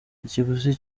ikiguzi